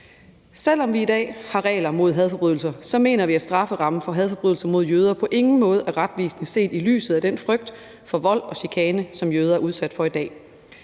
Selv om vi i dag har regler om hadforbrydelser, mener vi, at strafferammen for hadforbrydelser mod jøder på ingen måde er retvisende set i lyset af den frygt for vold og chikane, som jøder er udsat for i dag.